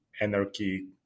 anarchy